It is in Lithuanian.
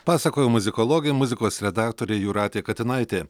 pasakojo muzikologė muzikos redaktorė jūratė katinaitė